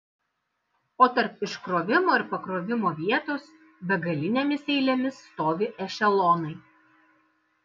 o tarp iškrovimo ir pakrovimo vietos begalinėmis eilėmis stovi ešelonai